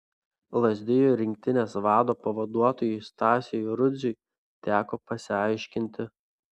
lazdijų rinktinės vado pavaduotojui stasiui rudziui teko pasiaiškinti